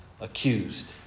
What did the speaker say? accused